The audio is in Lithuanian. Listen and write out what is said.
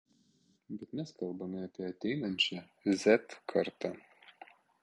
bet mes kalbame apie ateinančią z kartą